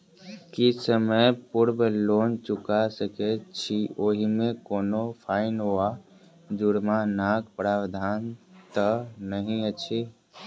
की समय पूर्व लोन चुका सकैत छी ओहिमे कोनो फाईन वा जुर्मानाक प्रावधान तऽ नहि अछि?